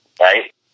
Right